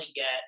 get